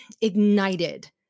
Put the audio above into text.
ignited